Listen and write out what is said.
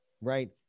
right